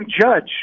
judge